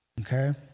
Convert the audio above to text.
Okay